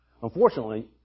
Unfortunately